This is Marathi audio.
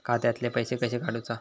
खात्यातले पैसे कशे काडूचा?